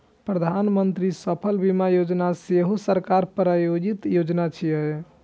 प्रधानमंत्री फसल बीमा योजना सेहो सरकार प्रायोजित योजना छियै